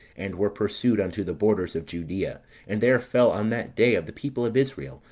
and were pursued unto the borders of judea and there fell on that day, of the people of israel,